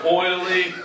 oily